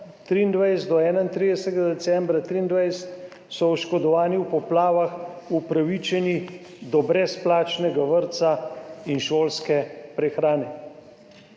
do 31. decembra 2023 so oškodovani v poplavah upravičeni do brezplačnega vrtca in šolske prehrane.